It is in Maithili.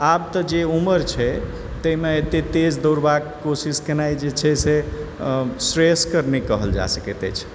आब जे उमर छै ताहिमे एतेक तेज दौड़बाके कोशिश केनाइ जे छै से श्रेयस्कर नहि कहल जा सकैत अछि